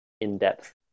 in-depth